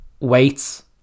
weights